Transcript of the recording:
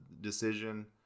decision